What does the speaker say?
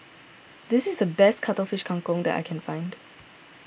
this is the best Cuttlefish Kang Kong that I can find